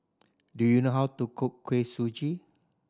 do you know how to cook Kuih Suji